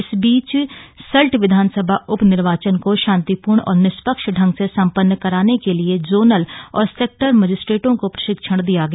इस बीच सल्ट विधानसभा उप निर्वाचन को शान्तिपूर्ण और निष्पक्ष ांग से सम्पन्न कराने के लिए जोनल और सेक्टर मजिस्ट्रेटों को प्रशिक्षण दिया गया